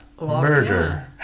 murder